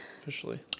officially